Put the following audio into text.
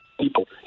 people